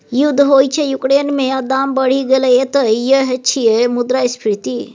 युद्ध होइ छै युक्रेन मे आ दाम बढ़ि गेलै एतय यैह छियै मुद्रास्फीति